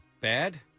Bad